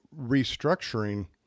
restructuring